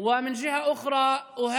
ודקה וחצי בערבית.